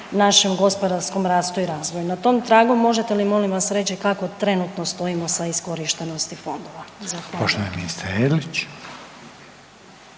našem gospodarskom rastu i razvoju. Na tom tragu, možete li, molim vas, reći kako trenutno stojimo sa iskorištenosti fondova? Zahvaljujem.